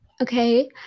okay